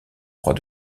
croix